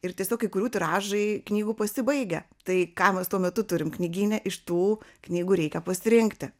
ir tiesiog kai kurių tiražai knygų pasibaigia tai ką mes tuo metu turim knygyne iš tų knygų reikia pasirinkti